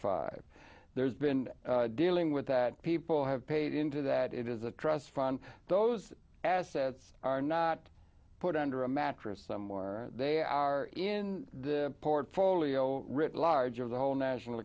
five there's been dealing with that people have paid into that it is a trust fund those assets are not put under a mattress some more they are in the portfolio writ large of the whole national